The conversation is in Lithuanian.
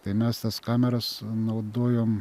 tai mes tas kameras naudojom